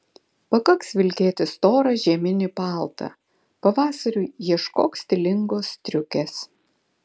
pakaks vilkėti storą žieminį paltą pavasariui ieškok stilingos striukės